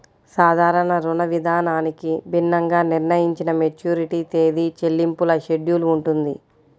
సాధారణ రుణవిధానానికి భిన్నంగా నిర్ణయించిన మెచ్యూరిటీ తేదీ, చెల్లింపుల షెడ్యూల్ ఉంటుంది